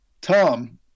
Tom